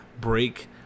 break